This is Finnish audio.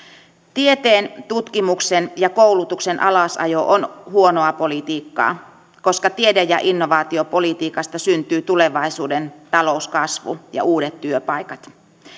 tieteen tutkimuksen ja koulutuksen alasajo on huonoa politiikkaa koska tiede ja innovaatiopolitiikasta syntyvät tulevaisuuden talouskasvu ja uudet työpaikat